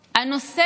הרך, התשובה?